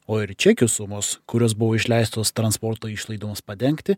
o ir čekių sumos kurios buvo išleistos transporto išlaidoms padengti